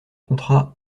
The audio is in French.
contrat